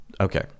okay